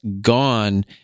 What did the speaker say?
gone